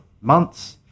months